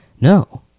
no